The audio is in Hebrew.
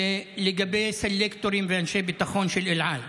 לגבי סלקטורים ואנשי ביטחון של אל על?